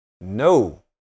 No